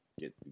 get